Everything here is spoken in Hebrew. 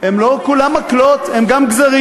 הם לא כולם מקלות, הם גם גזרים.